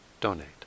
donate